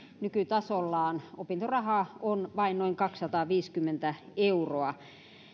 nykytasollaan opintoraha on vain noin kaksisataaviisikymmentä euroa